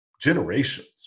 generations